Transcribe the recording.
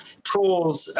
tools,